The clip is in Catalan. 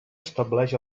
estableix